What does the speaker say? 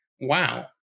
wow